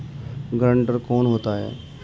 Guarantor कौन होता है?